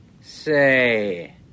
Say